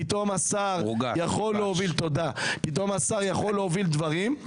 -- פתאום השר יכול להוביל דברים.